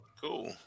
Cool